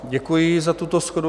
Děkuji za tuto shodu.